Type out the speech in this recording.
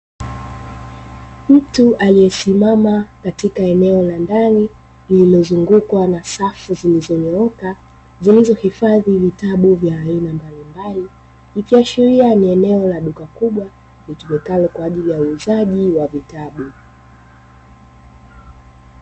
Mtu aliyesimama katika eneo la ndani lililozungukwa na safu zilizonyooka zilizo hifadhi vitabu vya aina mbalimbali, ikiashiria ni eneo la duka kubwa litumikalo kwa ajili ya uuzaji wa vitabu.